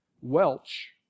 Welch